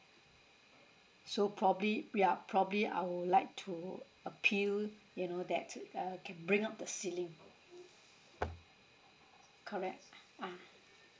so probably yeah probably I would like to appeal you know that uh can bring up the ceiling correct ah